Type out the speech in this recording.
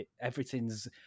Everything's